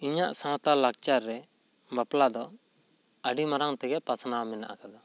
ᱤᱧᱟᱹᱜ ᱥᱟᱶᱛᱟ ᱞᱟᱠᱪᱟᱨ ᱨᱮ ᱵᱟᱯᱞᱟ ᱫᱚ ᱟᱹᱰᱤ ᱢᱟᱨᱟᱝ ᱛᱮᱜᱮ ᱯᱟᱥᱱᱟᱣ ᱢᱮᱱᱟᱜ ᱟᱠᱟᱫᱟ